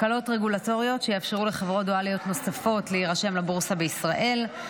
הקלות רגולטוריות שיאפשרו לחברות דואליות נוספות להירשם לבורסה בישראל,